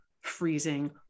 freezing